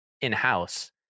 in-house